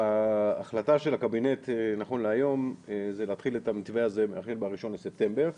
ההחלטה של הקבינט נכון להיום זה להתחיל את המתווה הזה החל ב-1 בספטמבר,